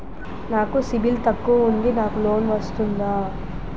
నాకు సిబిల్ తక్కువ ఉంది నాకు లోన్ వస్తుందా?